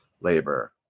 labor